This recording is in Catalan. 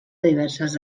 diverses